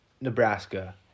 Nebraska